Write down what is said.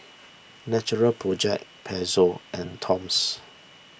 Natural Project Pezzo and Toms